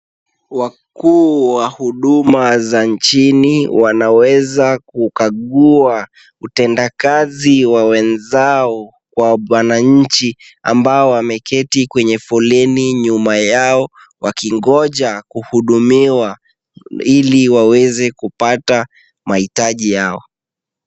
Wakuu wa huduma za nchini wanaweza kukagua utendakazi wa wenzao kwa kwa wananchi ambao wameketi kwenye foleni nyuma Yao wakingoja kuhudumiwa ili waweze kupata maitaji yao.